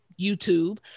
YouTube